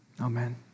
Amen